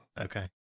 Okay